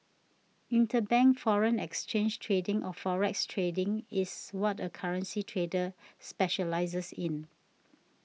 interbank foreign exchange trading or forex trading is what a currency trader specialises in